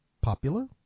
popular